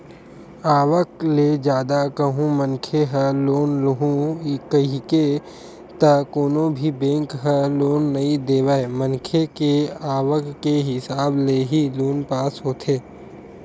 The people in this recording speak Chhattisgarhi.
आवक ले जादा कहूं मनखे ह लोन लुहूं कइही त कोनो भी बेंक ह लोन नइ देवय मनखे के आवक के हिसाब ले ही लोन पास होथे